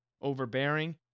overbearing